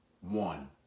one